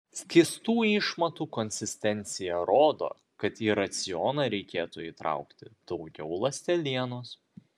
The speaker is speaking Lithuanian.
skystų išmatų konsistencija rodo kad į racioną reikėtų įtraukti daugiau ląstelienos